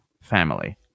family